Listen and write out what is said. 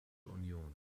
union